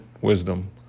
wisdom